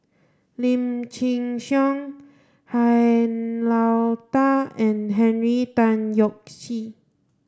Lim Chin Siong Han Lao Da and Henry Tan Yoke See